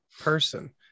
person